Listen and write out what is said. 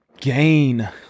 gain